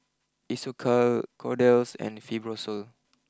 Isocal Kordel's and Fibrosol